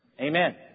Amen